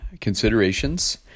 considerations